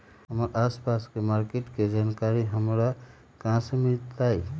हमर आसपास के मार्किट के जानकारी हमरा कहाँ से मिताई?